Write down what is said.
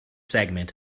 segment